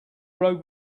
road